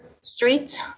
streets